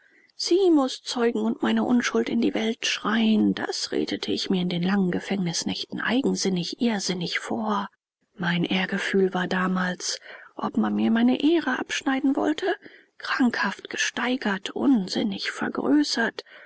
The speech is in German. sie muß zeugen und meine unschuld in die welt schreien das redete ich mir in den langen gefängnisnächten eigensinnig irrsinnig vor mein ehrgefühl war damals wo man mir meine ehre abschneiden wollte krankhaft gesteigert unsinnig vergrößert